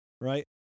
right